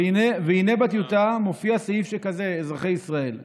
והינה, בטיוטה מופיע סעיף שכזה, אזרחי ישראל: